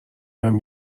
بهم